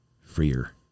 freer